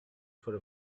for